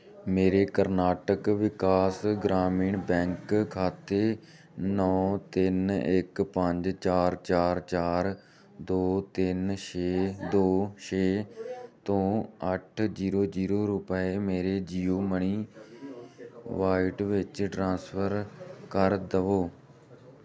ਮੇਰੇ ਕਰਨਾਟਕ ਵਿਕਾਸ ਗ੍ਰਾਮੀਣ ਬੈਂਕ ਖਾਤੇ ਨੌ ਤਿੰਨ ਇੱਕ ਪੰਜ ਚਾਰ ਚਾਰ ਚਾਰ ਦੋ ਤਿੰਨ ਛੇ ਦੋ ਛੇ ਤੋਂ ਅੱਠ ਜੀਰੋ ਜੀਰੋ ਰੁਪਏ ਮੇਰੇ ਜੀਓਮਨੀ ਵਾਈਟ ਵਿੱਚ ਟਰਾਂਸਫਰ ਕਰ ਦੇਵੋ